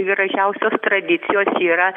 gražiausios tradicijos yra